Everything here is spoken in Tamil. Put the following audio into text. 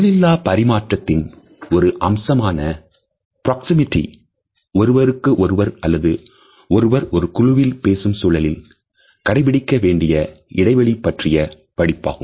சொல்லிலா பரிமாற்றத்தின் ஒரு அம்சமான பிராக்சிமிட்டி ஒருவருக்கு ஒருவர் அல்லது ஒருவர் ஒரு குழுவில் பேசும் சூழலில் கடைபிடிக்க வேண்டிய இடைவெளி பற்றிய படிப்பாகும்